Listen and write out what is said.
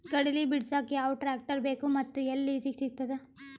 ಕಡಲಿ ಬಿಡಸಕ್ ಯಾವ ಟ್ರ್ಯಾಕ್ಟರ್ ಬೇಕು ಮತ್ತು ಎಲ್ಲಿ ಲಿಜೀಗ ಸಿಗತದ?